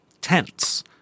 tents